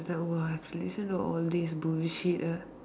like !wah! I have to listen to all these bullshit ah